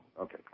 Okay